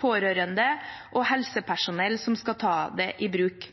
pårørende og helsepersonell som skal ta det i bruk.